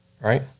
right